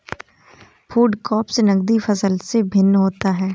food crops नगदी फसल से भिन्न होता है